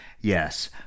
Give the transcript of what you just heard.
Yes